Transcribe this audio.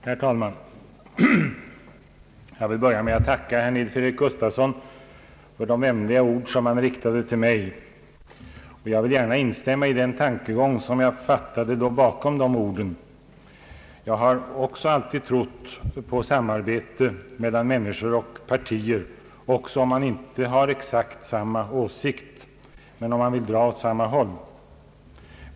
Herr talman! Jag vill börja med att tacka herr Nils-Eric Gustafsson för de vänliga ord som han riktade till mig och vill gärna instämma i den tankegång som jag fattade låg bakom hans ord. Jag har också alltid trott på samarbete mellan människor och partier även om man inte har exakt samma åsikt men vill dra åt samma håll.